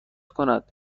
کند